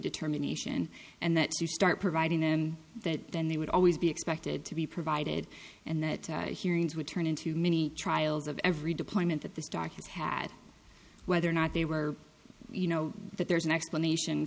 determination and that is to start providing them that then they would always be expected to be provided and that hearings would turn into many trials of every deployment that the stock has had whether or not they were you know that there's an explanation